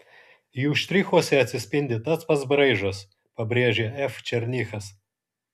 jų štrichuose atsispindi tas pats braižas pabrėžė f černychas